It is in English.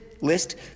list